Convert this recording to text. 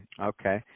Okay